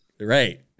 Right